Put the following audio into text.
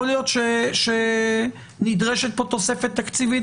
יכול להיות שנדרשת תוספת תקציבית,